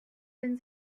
wenn